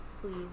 please